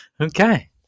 Okay